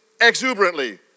exuberantly